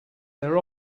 their